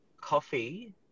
coffee